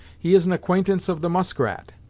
he is an acquaintance of the muskrat,